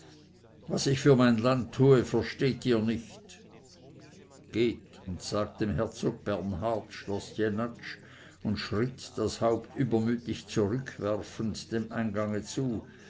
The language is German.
was ich für mein land tue versteht ihr nicht geht und sagt dem herzog bernhard schloß jenatsch und schritt das haupt übermütig zurückwerfend dem eingange zu